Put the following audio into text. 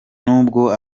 nubwo